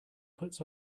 puts